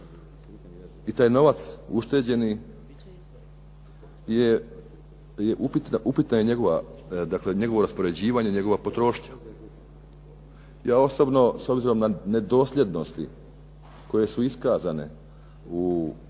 i taj novac ušteđeni upitno je njegovo raspoređivanje, njegova potrošnja. Ja osobno s obzirom na nedosljednosti koje su iskazane u izjavama